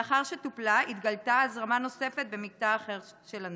לאחר שטופלה התגלתה הזרמה נוספת במקטע אחר של הנחל.